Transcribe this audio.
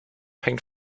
hängt